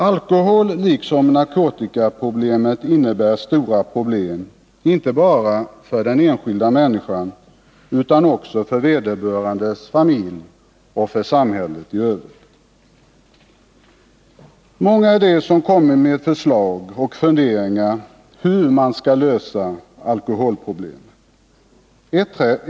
Alkoholen liksom narkotikan innebär stora problem inte bara för den enskilda människan utan också för vederbörandes familj och samhället i övrigt. Många är de som kommit med förslag och funderingar beträffande hur man skall lösa akoholproblemen.